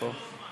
דבר ללא זמן.